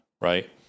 Right